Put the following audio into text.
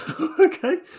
okay